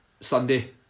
Sunday